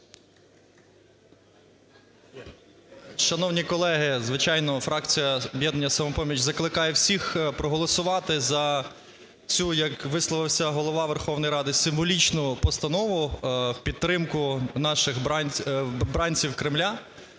Шановні колеги, звичайно фракція "Об'єднання "Самопоміч" закликає всіх проголосувати за цю, як висловився Голова Верховної Ради, символічну постанову в підтримку наших бранців кремля.